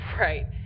Right